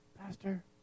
Pastor